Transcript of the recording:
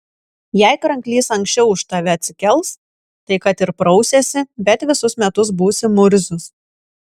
jei kranklys anksčiau už tave atsikels tai kad ir prausiesi bet visus metus būsi murzius